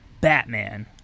Batman